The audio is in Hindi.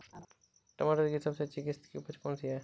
टमाटर की सबसे अच्छी किश्त की उपज कौन सी है?